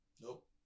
Nope